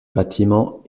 bâtiment